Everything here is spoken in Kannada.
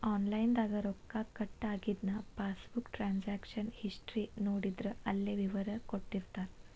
ಆನಲೈನ್ ದಾಗ ರೊಕ್ಕ ಕಟ್ ಆಗಿದನ್ನ ಪಾಸ್ಬುಕ್ ಟ್ರಾನ್ಸಕಶನ್ ಹಿಸ್ಟಿ ನೋಡಿದ್ರ ಅಲ್ಲೆ ವಿವರ ಕೊಟ್ಟಿರ್ತಾರ